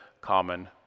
common